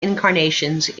incarnations